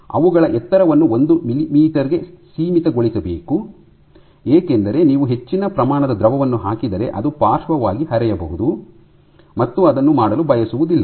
ಅವುಗಳ ಎತ್ತರವನ್ನು ಒಂದು ಮಿಲಿಮೀಟರ್ ಗೆ ಸೀಮಿತಗೊಳಿಸಬೇಕು ಏಕೆಂದರೆ ನೀವು ಹೆಚ್ಚಿನ ಪ್ರಮಾಣದ ದ್ರವವನ್ನು ಹಾಕಿದರೆ ಅದು ಪಾರ್ಶ್ವವಾಗಿ ಹರಿಯಬಹುದು ಮತ್ತು ಅದನ್ನು ಮಾಡಲು ಬಯಸುವುದಿಲ್ಲ